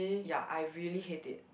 ya I really hate it